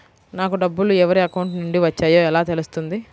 నాకు డబ్బులు ఎవరి అకౌంట్ నుండి వచ్చాయో ఎలా తెలుస్తుంది?